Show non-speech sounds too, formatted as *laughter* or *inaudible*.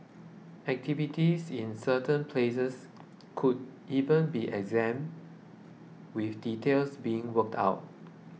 activities in certain places *noise* could even be exempt with details being worked out